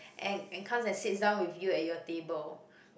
and and comes at sits down with you at your table